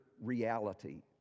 reality